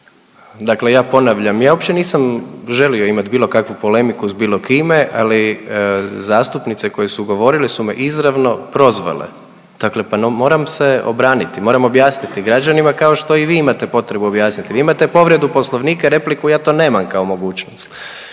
Dakle, ja ponavljam ja uopće nisam želio imati bilo kakvu polemiku s bilo kime. Ali zastupnice koje su govorile su me izravno prozvale. Dakle, moram se obraniti, moram objasniti građanima kao što i vi imate potrebu objasniti. Vi imate povredu Poslovnika i repliku, ja to nemam kao mogućnost.